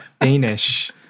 Danish